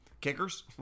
kickers